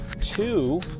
two